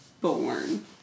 born